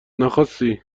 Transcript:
نخواستی